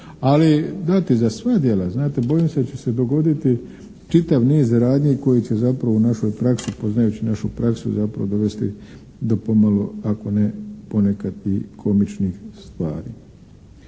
Ali, znate za sva djela, bojim se da će se dogoditi čitav niz radnji koje će zapravo u našoj praksi, poznajući našu praksu zapravo dovesti do pomalo, ako ne ponekad i komičnih stvari.